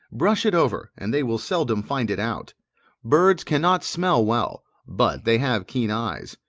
brush it over, and they will seldom find it out birds cannot smell well, but they have keen eyes.